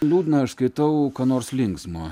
liūdna aš skaitau ką nors linksmo